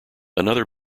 another